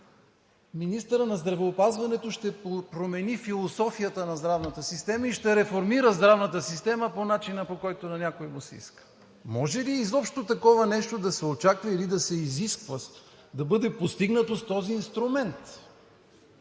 министърът на здравеопазването ще промени философията на здравната система и ще реформира здравната система по начина, по който на някой му се иска? Може ли изобщо такова нещо да се очаква, или да се изисква да бъде постигнато с този инструмент?